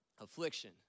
affliction